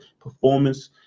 performance